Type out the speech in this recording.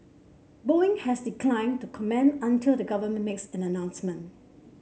Boeing has declined to comment until the government makes an announcement